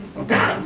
okay,